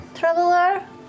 Traveler